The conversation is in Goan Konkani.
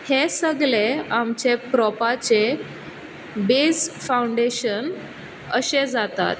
हें सगलें आमच्या प्रोपाचें बेज फावंडेशन अशें जातात